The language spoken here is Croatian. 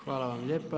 Hvala vam lijepa.